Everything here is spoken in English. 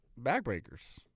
backbreakers